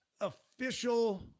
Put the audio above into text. official